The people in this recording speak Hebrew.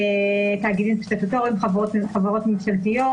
תאגידים סטטוטוריים, חברות ממשלתיות,